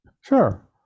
sure